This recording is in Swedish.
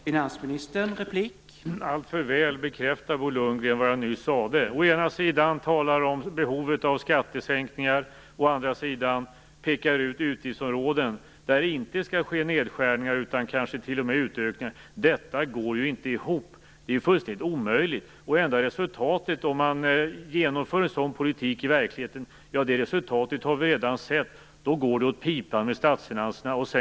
Herr talman! Alltför väl bekräftar Bo Lundgren det jag nyss sade. Å ena sidan talar han om behovet av skattesänkningar, å andra sidan pekar han ut utgiftsområden där det inte skall ske nedskärningar, utan kanske t.o.m. utökningar. Detta går inte ihop. Det är fullständigt omöjligt. Enda resultatet, om man genomför en sådan politik i verkligheten, är att det går åt pipan med statsfinanserna. Det har vi redan sett.